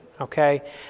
Okay